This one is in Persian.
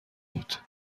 بود